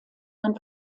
man